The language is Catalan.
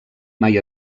mai